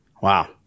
Wow